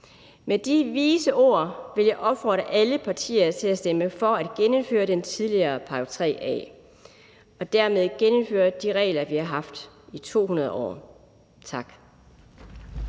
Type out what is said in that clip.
Med de vise ord vil jeg opfordre alle partier til at stemme for at genindføre den tidligere § 3 A og dermed genindføre de regler, vi har haft i 200 år. Tak.